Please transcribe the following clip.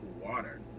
water